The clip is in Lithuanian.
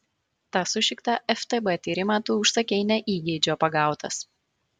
tą sušiktą ftb tyrimą tu užsakei ne įgeidžio pagautas